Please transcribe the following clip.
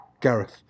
Gareth